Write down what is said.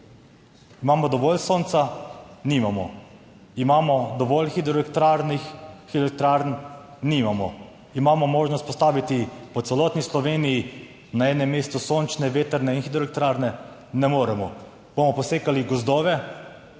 Imamo dovolj sonca? Nimamo. Imamo dovolj hidroelektrarn? Nimamo. Imamo možnost postaviti po celotni Sloveniji na enem mestu sončne, vetrne in hidroelektrarne? Ne moremo. Bomo posekali gozdove,